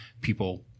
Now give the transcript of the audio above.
people